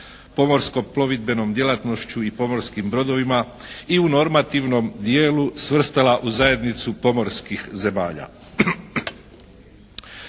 pomorsko plovidbenom djelatnošću i pomorskim brodovima i u normativnom dijelu svrstala u zajednicu pomorskih zemalja.